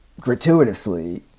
gratuitously